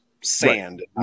sand